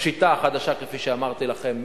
בשיטה החדשה, כפי שאמרתי לכם.